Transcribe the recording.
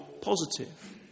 positive